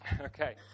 Okay